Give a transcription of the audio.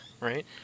right